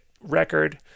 record